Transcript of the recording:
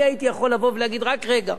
אני הייתי יכול לבוא ולהגיד: רק רגע,